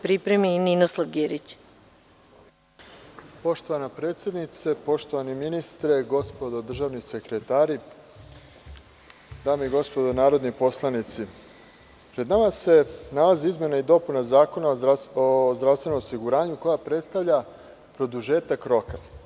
Poštovana predsednice, poštovani ministre, gospodo državni sekretari, dame i gospodo narodni poslanici, pred nama se nalazi izmena i dopuna Zakona o zdravstvenom osiguranju koja predstavlja produžetak roka.